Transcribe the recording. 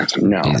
No